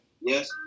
Yes